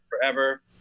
forever